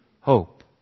hope